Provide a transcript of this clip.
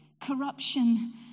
corruption